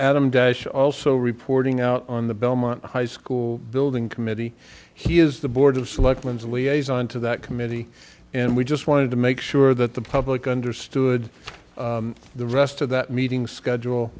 adam dash also reporting out on the belmont high school building committee he is the board of selectmen is a liaison to that committee and we just wanted to make sure that the public understood the rest of that meeting schedule